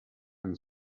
and